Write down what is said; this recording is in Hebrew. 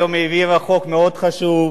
היום היא העבירה חוק מאוד חשוב,